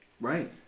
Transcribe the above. Right